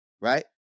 right